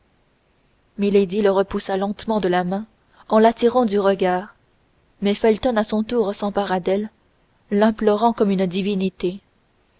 le repoussa lentement de la main en l'attirant du regard mais felton à son tour s'empara d'elle l'implorant comme une divinité